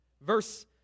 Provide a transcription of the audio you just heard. Verse